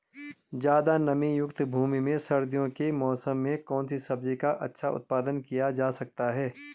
ज़्यादा नमीयुक्त भूमि में सर्दियों के मौसम में कौन सी सब्जी का अच्छा उत्पादन किया जा सकता है?